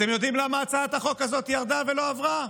אתם יודעים למה הצעת החוק הזאת ירדה ולא עברה?